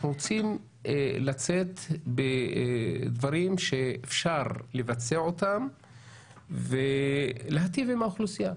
אנחנו רוצים לצאת בדברים שאפשר לבצע אותם ולהיטיב עם האוכלוסייה.